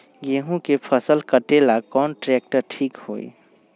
गेहूं के फसल कटेला कौन ट्रैक्टर ठीक होई?